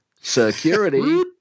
Security